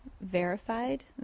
verified